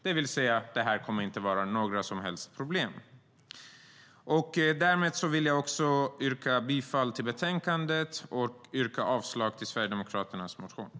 Detta kommer alltså inte att vara några som helst problem.